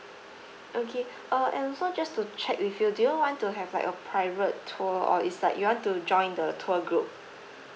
okay uh and also just to check with you do you all want to have like a private tour or is like you want to join the tour group